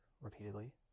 repeatedly